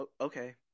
Okay